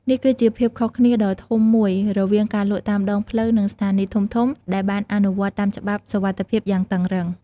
នេះគឺជាភាពខុសគ្នាដ៏ធំមួយរវាងការលក់តាមដងផ្លូវនិងស្ថានីយ៍ធំៗដែលបានអនុវត្តតាមច្បាប់សុវត្ថិភាពយ៉ាងតឹងរ៉ឹង។